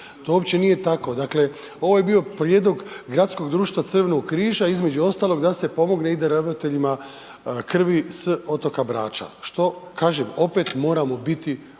to uopće nije tako. Dakle, ovo je bio prijedlog Gradskog društva Crvenog križa između ostalog da se pomogne ide ravnateljima krvi s otoka Brača, što kažem opet moramo biti oprezni